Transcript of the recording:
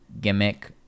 gimmick